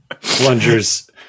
Plungers